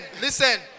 listen